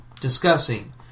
discussing